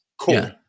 Cool